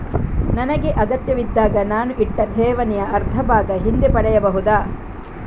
ನನಗೆ ಅಗತ್ಯವಿದ್ದಾಗ ನಾನು ಇಟ್ಟ ಠೇವಣಿಯ ಅರ್ಧಭಾಗ ಹಿಂದೆ ಪಡೆಯಬಹುದಾ?